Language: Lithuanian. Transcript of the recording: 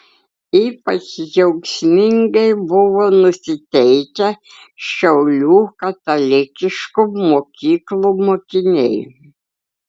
ypač džiaugsmingai buvo nusiteikę šiaulių katalikiškų mokyklų mokiniai